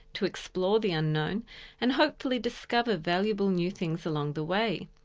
to explore the unknown and hopefully discover valuable new things along the way.